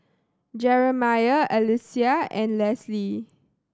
Jerimiah Alysia and Lesley